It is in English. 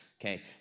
Okay